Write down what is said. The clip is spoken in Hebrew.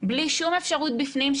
בלי שום אפשרות בפנים,